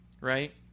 right